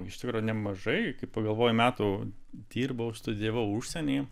iš tikro nemažai kai pagalvoju metų dirbau studijavau užsieny